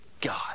God